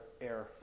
air